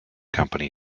company